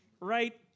right